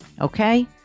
Okay